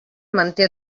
manté